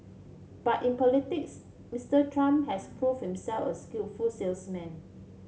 but in politics Mister Trump has prove himself a skillful salesman